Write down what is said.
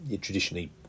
traditionally